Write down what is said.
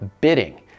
bidding